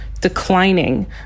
declining